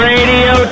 Radio